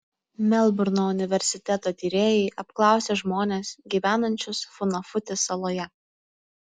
melburno universiteto tyrėjai apklausė žmones gyvenančius funafuti saloje